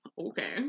Okay